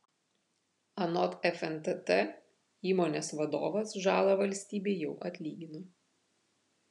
anot fntt įmonės vadovas žalą valstybei jau atlygino